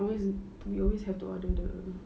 always we always have to order directly